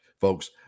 Folks